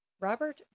Robert